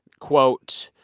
quote,